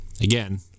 again